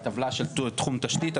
בטבלה של תחום תשתית,